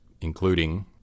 including